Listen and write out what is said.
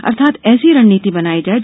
अर्थात ऐसी रणनीति बनाई जाये